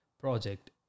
project